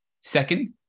Second